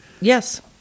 Yes